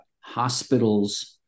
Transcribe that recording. hospitals